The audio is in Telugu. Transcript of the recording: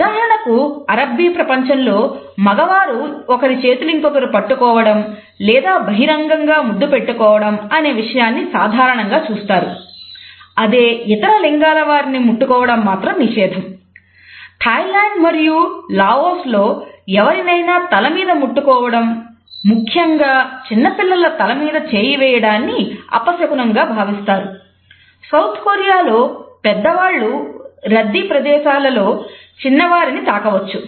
ఉదాహరణకు అరబ్బీలో పెద్దవాళ్ళు రద్దీ ప్రదేశాలలో చిన్న వారిని తాకవచ్చు